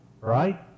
right